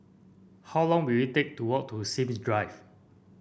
how long will it take to walk to Sims Drive